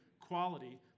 quality